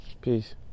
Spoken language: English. Peace